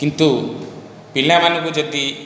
କିନ୍ତୁ ପିଲାମାନଙ୍କୁ ଯଦି